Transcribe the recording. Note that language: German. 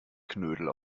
knödel